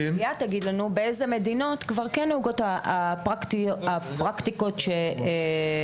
באיזה מדינות כבר כן נהוגות הפרקטיקות שהיא הציעה.